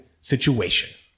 situation